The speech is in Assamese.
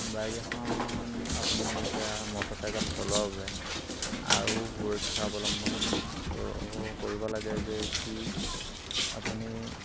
বাইক এখন আপুনি এতিয়া মটৰচাইকেল চলোৱাৰ বাবে আৰু সুৰক্ষা অৱলম্বন কৰ্ কৰিব লাগে যে কি আপুনি